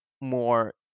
more